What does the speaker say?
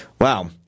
Wow